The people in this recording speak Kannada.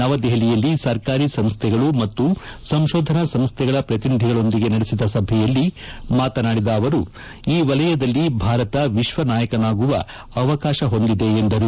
ನವದೆಹಲಿಯಲ್ಲಿ ಸರ್ಕಾರಿ ಸಂಸ್ಥೆಗಳು ಮತ್ತು ಸಂಶೋಧನಾ ಸಂಸ್ಥೆಗಳ ಪ್ರತಿನಿಧಿಗಳೊಂದಿಗೆ ನಡೆಸಿದ ಸಭೆಯಲ್ಲಿ ಮಾತನಾಡಿದ ಅವರು ಈ ವಲಯದಲ್ಲಿ ಭಾರತ ವಿಶ್ವ ನಾಯಕನಾಗುವ ಅವಕಾಶ ಹೊಂದಿದೆ ಎಂದರು